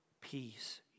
peace